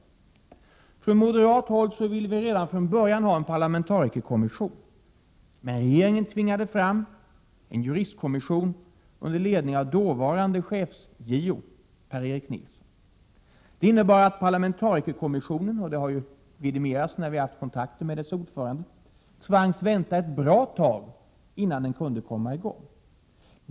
Från moderat håll ville vi redan från början ha en parlamentarikerkommission. Men regeringen tvingade fram en juristkommission under ledning av dåvarande chefs-JO, Per-Erik Nilsson. Det innebar att parlamentarikerkommissionen — detta har vidimerats när vi haft kontakt med dess ordförande — tvangs vänta ett bra tag innan den kom i gång.